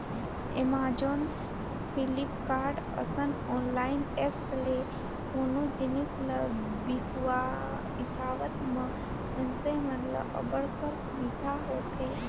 Amazon, Flipkart, असन online apps ले कोनो जिनिस ल बिसावत म मइनसे मन ल अब्बड़ कर सुबिधा होथे